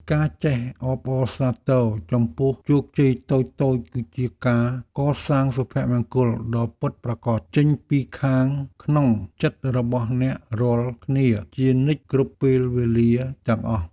ការចេះអបអរសាទរចំពោះជោគជ័យតូចៗគឺជាការកសាងសុភមង្គលដ៏ពិតប្រាកដចេញពីខាងក្នុងចិត្តរបស់អ្នករាល់គ្នាជានិច្ចគ្រប់ពេលវេលាទាំងអស់។